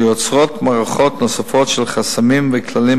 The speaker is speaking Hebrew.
שיוצרות מערכות נוספות של חסמים וכללים